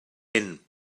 hyn